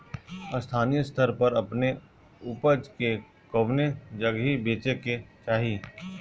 स्थानीय स्तर पर अपने ऊपज के कवने जगही बेचे के चाही?